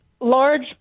large